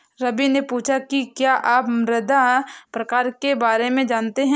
रवि ने पूछा कि क्या आप मृदा प्रकार के बारे में जानते है?